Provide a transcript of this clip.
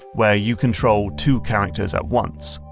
where you control two characters at once.